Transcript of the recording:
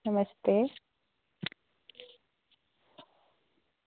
नमस्ते